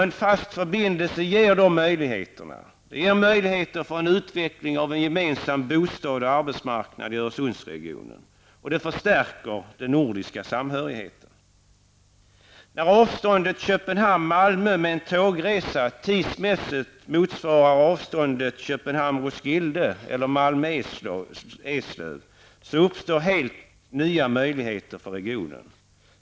En fast förbindelse ger möjligheter till en utveckling av en gemensam bostads och arbetsmarknad i Öresundsregionen och en förstärkning av den nordiska samhörigheten. Roskilde eller Malmö--Eslöv uppstår helt nya möjligheter för regionen.